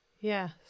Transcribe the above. Yes